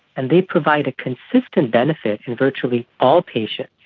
and they provide a consistent benefit in virtually all patients.